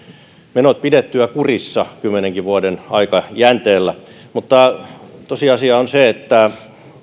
menot pidettyä kurissa kymmenenkin vuoden aikajänteellä mutta tosiasia on se että